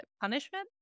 Punishment